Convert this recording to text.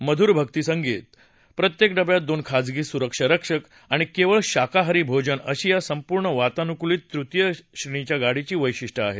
मधुर भक्तीसंगीत प्रत्येक डब्यात दोन खाजगी सुरक्षा रक्षक आणि केवळ शाकाहारी भोजन अशी या संपूर्णपणे वातानुकूलीत तृतीय श्रेणीच्या गाडीची वैशिष्ट्यं आहेत